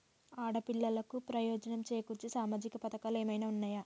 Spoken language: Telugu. ఆడపిల్లలకు ప్రయోజనం చేకూర్చే సామాజిక పథకాలు ఏమైనా ఉన్నయా?